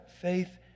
faith